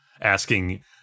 asking